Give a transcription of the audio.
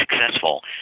successful